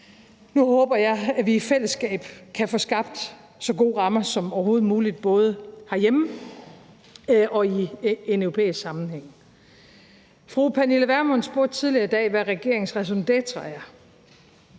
Nu håber jeg, at vi i fællesskab kan få skabt så gode rammer som overhovedet muligt både herhjemme og i en europæisk sammenhæng. Fru Pernille Vermund spurgte tidligere i dag, hvad regeringens raison d'être er.